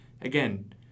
again